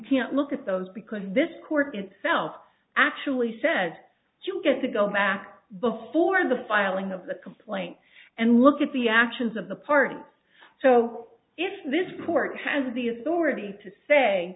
can't look at those because this court itself actually said to get to go back before the filing of the complaint and look at the actions of the parties so if this court has the authority to say